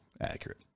accurate